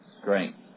strength